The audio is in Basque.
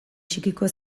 txikiko